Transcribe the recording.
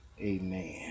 amen